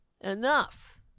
enough